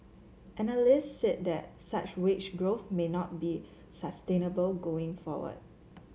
analysts said that such wage growth may not be sustainable going forward